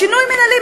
בשינוי מינהלי,